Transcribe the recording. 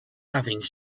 nothing